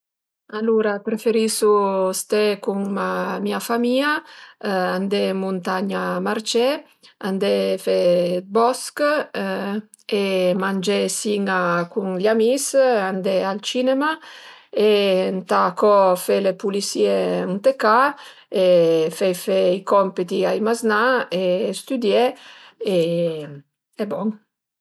Alura preferisu sta cun ma mia famìa, andé ën muntagna a marcé, andé fe bosch e mangé sin-a cun gl'amis, andé al cinema e ëntà co fe le pulisìe ënt e ca e fe fe i compiti ai maznà e stüdié e bon